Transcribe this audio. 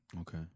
Okay